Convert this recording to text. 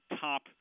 top